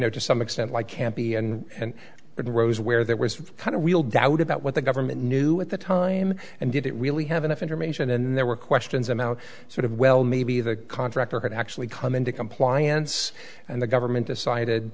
know to some extent like campion and then rose where there was kind of real doubt about what the government knew at the time and didn't really have enough information and there were questions about sort of well maybe the contractor had actually come into compliance and the government decided